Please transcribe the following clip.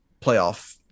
playoff